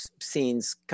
scenes